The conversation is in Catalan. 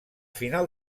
final